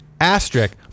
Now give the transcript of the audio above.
asterisk